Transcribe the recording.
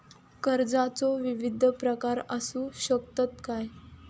कर्जाचो विविध प्रकार असु शकतत काय?